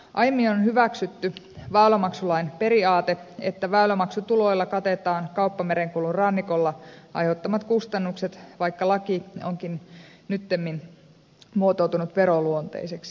aiemmin on hyväksytty väylämaksulain periaate että väylämaksutuloilla katetaan kauppamerenkulun rannikolla aiheuttamat kustannukset vaikka laki onkin nyttemmin muotoutunut veroluonteiseksi